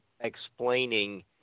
explaining